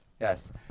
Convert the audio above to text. Yes